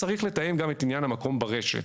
צריך לתאם גם את עניין המקום ברשת,